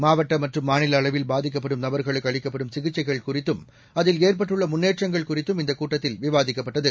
மாவட்ட மற்றும் மாநில அளவில் பாதிக்கப்படும் நபர்களுக்கு அளிக்கப்படும் சிகிச்சைகள் குறித்தும் அதில் ஏற்பட்டுள்ள முன்னேற்றங்கள் குறித்தும் இந்தக் கூட்டத்தில் விவாதிக்கப்பட்டது